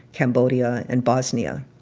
cambodia and bosnia.